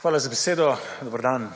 Hvala za besedo. Dober dan.